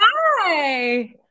Hi